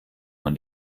man